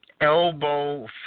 elbow